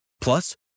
Plus